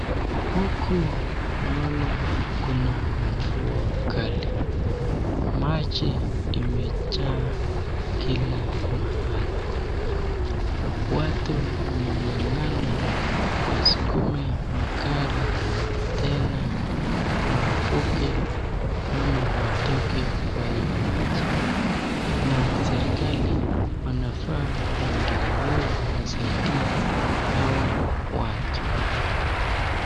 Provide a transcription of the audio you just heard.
Huku naona kuna mvua kali maji imejaa kila mahali, watu wanang'ang'ana wasukume magari tena wavuke ama watoke kwa hii maji, na serikali inafaa waingilie wasaidie hawa watu.